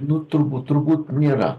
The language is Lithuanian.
nu turbūt turbūt nėra